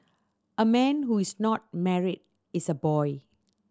a man who is not married is a boy